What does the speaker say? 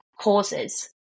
causes